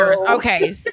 Okay